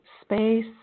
space